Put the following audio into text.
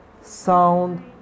sound